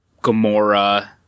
Gamora